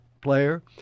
player